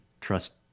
trust